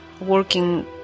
working